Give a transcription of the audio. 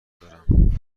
دارم